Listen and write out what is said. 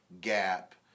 gap